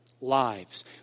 lives